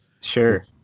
Sure